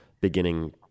beginning